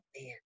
man